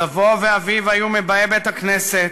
סבו ואביו היו מבאי בית-הכנסת,